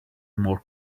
more